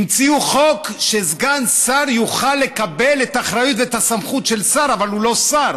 המציאו חוק שסגן שר יוכל לקבל את האחריות והסמכות של שר אבל הוא לא שר.